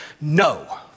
no